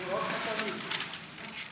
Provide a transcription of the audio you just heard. תודה רבה לחברת הכנסת קארין אלהרר.